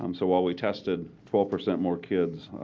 um so while we tested twelve percent more kids,